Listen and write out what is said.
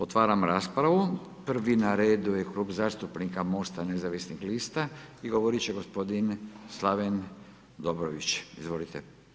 Otvaram raspravu. prvi na redu je Klub zastupnika MOST-a nezavisnih lista i govorit će gospodin Slaven Dobrović, izvolite.